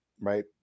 right